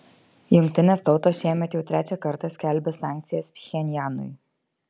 jungtinės tautos šiemet jau trečią kartą skelbia sankcijas pchenjanui